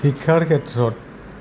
শিক্ষাৰ ক্ষেত্ৰত